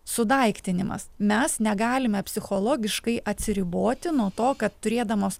sudaiktinimas mes negalime psichologiškai atsiriboti nuo to kad turėdamos